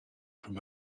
from